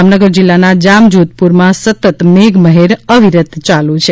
જામનગર જીલ્લાના જામજોધપુરમાં સતત મેગમહેર અવિરત ચાલુ છે